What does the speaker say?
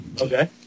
Okay